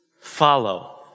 follow